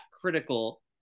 critical